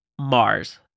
Mars